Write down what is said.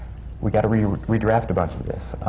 we've got to redraft a bunch of this.